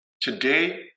today